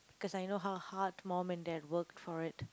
because I know how hard mum and dad work for it